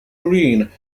greene